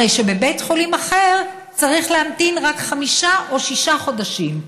הרי שבבית חולים אחר צריך להמתין רק חמישה או שישה חודשים.